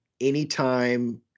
anytime